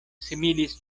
similis